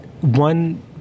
one